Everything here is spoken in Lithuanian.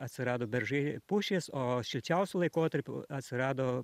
atsirado beržai pušys o šilčiausiu laikotarpiu atsirado